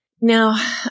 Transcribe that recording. Now